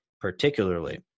particularly